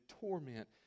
torment